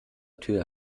tür